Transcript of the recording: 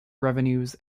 revenues